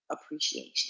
appreciation